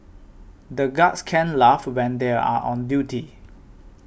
the guards can't laugh when they are on duty